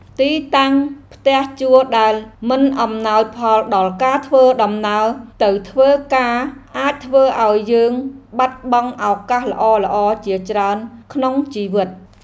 ទីតាំងផ្ទះជួលដែលមិនអំណោយផលដល់ការធ្វើដំណើរទៅធ្វើការអាចធ្វើឱ្យយើងបាត់បង់ឱកាសល្អៗជាច្រើនក្នុងជីវិត។